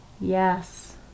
yes